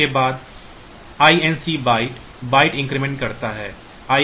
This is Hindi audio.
उसके बाद INC byte बाइट इंक्रीमेंट करता है